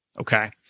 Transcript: okay